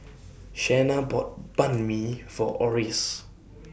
Shana bought Banh MI For Oris